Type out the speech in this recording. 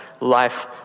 life